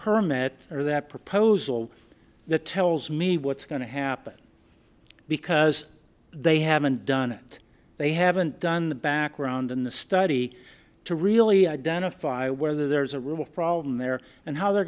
permit or that proposal that tells me what's going to happen because they haven't done it they haven't done the background in the study to really identify whether there's a real problem there and how they're